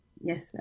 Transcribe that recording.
Yes